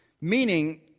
Meaning